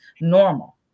normal